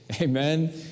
Amen